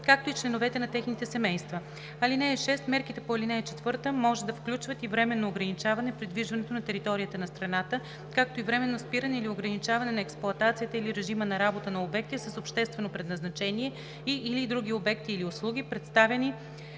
както и членовете на техните семейства. (6) Мерките по ал. 4 може да включват и временно ограничаване придвижването на територията на страната, както и временно спиране или ограничаване на експлоатацията или режима на работа на обекти с обществено предназначение и/или други обекти или услуги, предоставяни